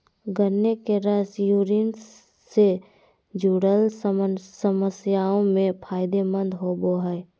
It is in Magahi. गन्ने के रस यूरिन से जूरल समस्याओं में फायदे मंद होवो हइ